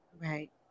Right